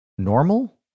normal